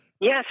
Yes